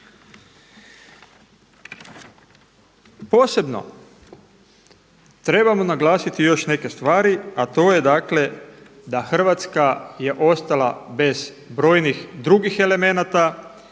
Posebno trebamo naglasiti još neke stvari, a to je dakle da Hrvatska je ostala bez brojnih drugih elemenata